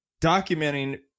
documenting